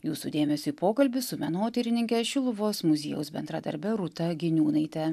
jūsų dėmesiui pokalbis su menotyrininke šiluvos muziejaus bendradarbe rūta giniūnaite